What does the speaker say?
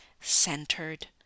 centered